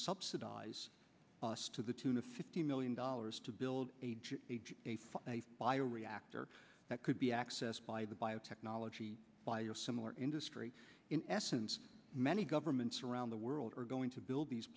subsidize to the tune of fifty million dollars to build a bio reactor that could be accessed by the biotechnology by a similar industry in essence many governments around the world are going to build these